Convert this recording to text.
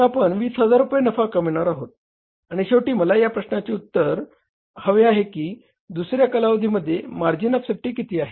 तर आपण 20000 रुपये नफा कामविणार आहोत आणि शेवटी मला या प्रश्नाचे उत्तर हवे आहे की दुसऱ्या कालावधीमध्ये मार्जिन ऑफ सेफ्टी किती आहे